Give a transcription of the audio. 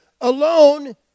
alone